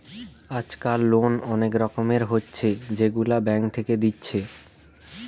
আজকাল লোন অনেক রকমের হচ্ছে যেগুলা ব্যাঙ্ক থেকে দিচ্ছে